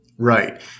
Right